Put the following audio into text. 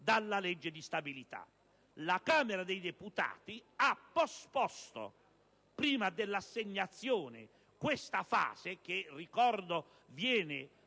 La Camera dei deputati ha posposto, prima dell'assegnazione, questa fase, che, ricordo, viene pronunciata